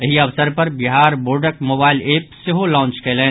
एहि अवसर पर बिहार बोर्डक मोबाईल एप सेहो लांच कयलनि